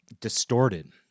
distorted